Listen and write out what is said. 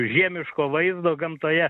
žiemiško vaizdo gamtoje